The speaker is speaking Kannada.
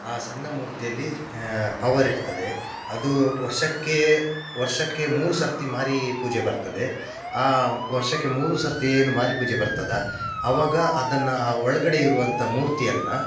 ಆ ಸಣ್ಣ ಮೂರ್ತಿಯಲ್ಲಿ ಪವರ್ ಇರ್ತದೆ ಅದೂ ವರ್ಷಕ್ಕೆ ವರ್ಷಕ್ಕೆ ಮೂರು ಸರ್ತಿ ಮಾರಿ ಪೂಜೆ ಬರ್ತದೆ ಆ ವರ್ಷಕ್ಕೆ ಮೂರು ಸರ್ತಿ ಏನು ಮಾರಿ ಪೂಜೆ ಬರ್ತದ ಅವಾಗ ಅದನ್ನು ಆ ಒಳಗಡೆ ಇರುವಂಥ ಮೂರ್ತಿಯನ್ನು